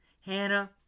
Hannah